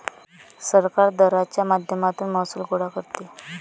सरकार दराच्या माध्यमातून महसूल गोळा करते